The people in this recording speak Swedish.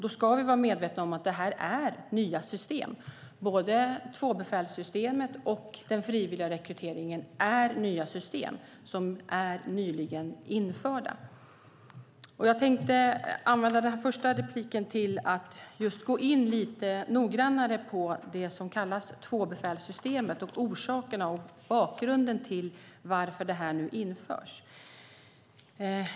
Då ska vi vara medvetna om att detta är nya system. Både tvåbefälssystemet och den frivilliga rekryteringen är system som nyligen har införts. Jag tänkte använda den första repliken till att gå in lite noggrannare på det som kallas tvåbefälssystemet och orsakerna och bakgrunden till att detta införs.